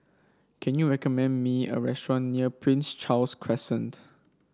can you recommend me a restaurant near Prince Charles Crescent